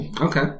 Okay